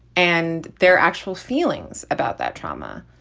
and their actual feelings about that trauma,